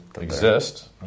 exist